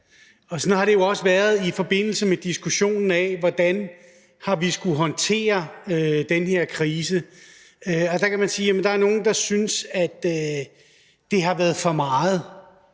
sådan har det også været i forbindelse med diskussionen af, hvordan vi har skullet håndtere den her krise. Der er nogle, der synes, at det har været for meget,